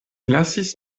lasis